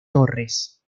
torres